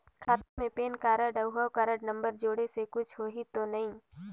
खाता मे PAN card और हव कारड नंबर जोड़े से कुछ होही तो नइ?